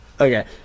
okay